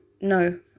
no